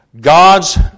God's